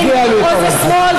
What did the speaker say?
תרגיע את אורן חזן.